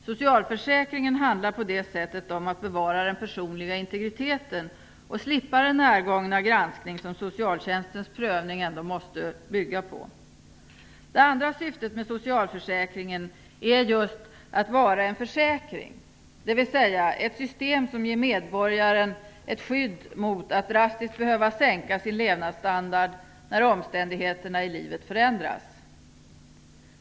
Socialförsäkringen handlar på det sättet om att bevara den personliga integriteten och slippa den närgångna granskning som socialtjänstens prövning ändå måste bygga på. Det andra syftet med socialförsäkringen är just att vara en försäkring, dvs. ett system som ger medborgaren ett skydd mot att drastiskt behöva sänka sin levnadsstandard när omständigheterna i livet förändras.